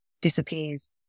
disappears